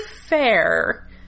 fair